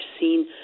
seen